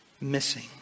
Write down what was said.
missing